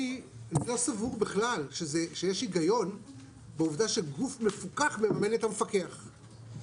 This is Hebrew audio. אני לא סבור בכלל שיש היגיון בעובדה שגוף מפוקח מממן את המפקח.